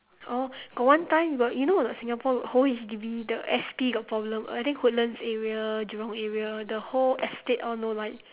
orh got one time got you know or not singapore whole H_D_B the S_P got problem I think woodlands area jurong area the whole estate all no light